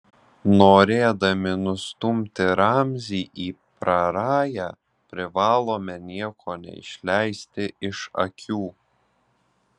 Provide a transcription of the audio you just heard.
norėdami nustumti ramzį į prarają privalome nieko neišleisti iš akių